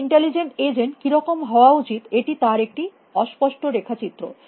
একটি intelligent agent কিরকম হওয়া উচিত এটি তার একটি অস্পষ্ট রেখা চিত্র